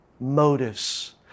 motives